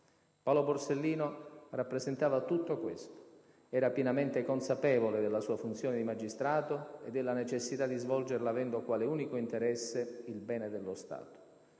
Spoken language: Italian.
Paolo Borsellino rappresentava tutto questo; era pienamente consapevole della sua funzione di magistrato e della necessità di svolgerla avendo quale unico interesse il bene dello Stato.